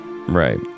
Right